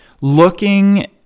looking